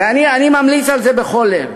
ואני ממליץ על זה בכל לב.